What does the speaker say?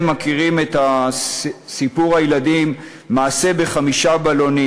מכירים את סיפור הילדים "מעשה בחמישה בלונים".